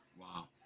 Wow